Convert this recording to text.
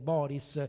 Boris